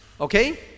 Okay